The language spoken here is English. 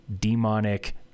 demonic